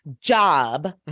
job